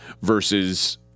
versus –